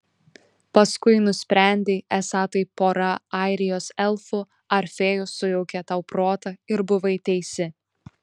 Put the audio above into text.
paskui nusprendei esą tai pora airijos elfų ar fėjų sujaukė tau protą ir buvai teisi